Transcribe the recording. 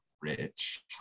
rich